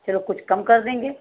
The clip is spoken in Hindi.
चलो कुछ कम कर देंगे